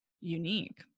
unique